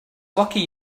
lucky